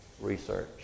research